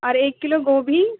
اور ایک کلو گوبھی